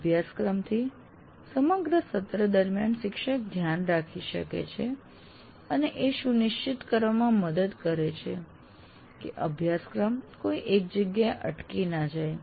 અભ્યાસક્રમથી સમગ્ર સત્ર દરમિયાન શિક્ષક ધ્યાન રાખી શકે છે અને એ સુનિશ્ચિત કરવામાં મદદ કરે છે કે અભ્યાસક્રમ કોઈ એક જગ્યાએ અટકી ન જાય